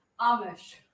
Amish